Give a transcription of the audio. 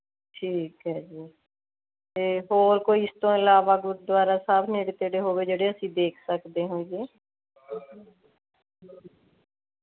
ਠੀਕ ਹੈ ਜੀ ਅਤੇ ਹੋਰ ਕੋਈ ਇਸ ਤੋਂ ਇਲਾਵਾ ਗੁਰਦੁਆਰਾ ਸਾਹਿਬ ਨੇੜੇ ਤੇੜੇ ਹੋਵੇ ਜਿਹੜੇ ਅਸੀਂ ਦੇਖ ਸਕਦੇ ਹੋਈਏ